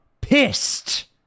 pissed